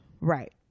Right